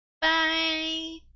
Bye